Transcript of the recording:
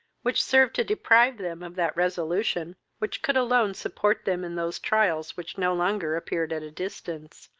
which served to deprive them of that resolution which could alone support them in those trials which no longer appeared at a distance,